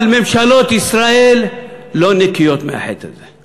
אבל ממשלות ישראל לא נקיות מהחטא הזה.